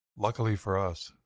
luckily for us,